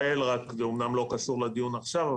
אומנם זה לא קשור לדיון עכשיו,